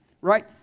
right